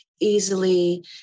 easily